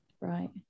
Right